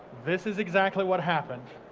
this is exactly what happened.